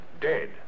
dead